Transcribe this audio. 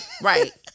Right